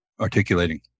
articulating